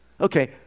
Okay